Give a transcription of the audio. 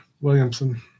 Williamson